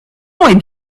est